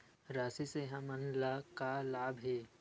राशि से हमन ला का लाभ हे?